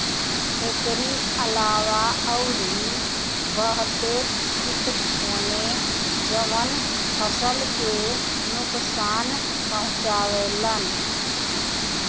एकरी अलावा अउरी बहते किट होने जवन फसल के नुकसान पहुंचावे लन